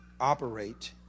operate